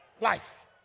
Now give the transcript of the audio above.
life